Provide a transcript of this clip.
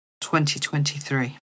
2023